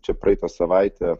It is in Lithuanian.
čia praeitą savaitę